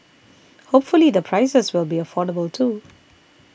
hopefully the prices will be affordable too